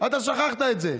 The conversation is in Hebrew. אתה שכחת את זה.